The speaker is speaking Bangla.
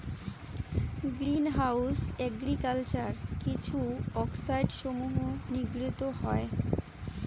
গ্রীন হাউস এগ্রিকালচার কিছু অক্সাইডসমূহ নির্গত হয়